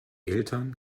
eltern